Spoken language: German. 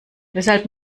weshalb